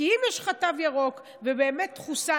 כי אם יש לך תו ירוק ובאמת חוסנת,